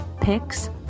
picks